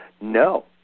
No